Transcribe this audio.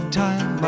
time